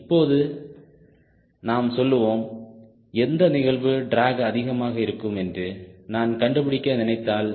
இப்பொழுது நாம் சொல்லுவோம் எந்த நிகழ்வு டிராக் அதிகமாக இருக்கும் என்று நான் கண்டுபிடிக்க நினைத்தால்